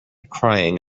crying